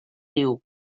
niu